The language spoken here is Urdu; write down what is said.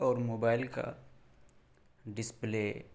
اور موبایٔل کا ڈسپلے